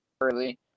early